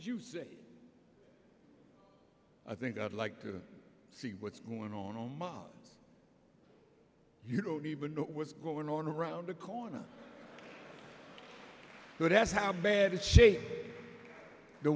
you say i think i'd like to see what's going on oh mom you don't even know what's going on around the corner but that's how bad of shape the